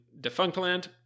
Defunctland